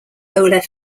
olav